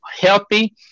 healthy